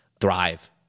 thrive